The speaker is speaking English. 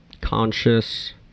conscious